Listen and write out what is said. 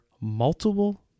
multiple